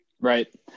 Right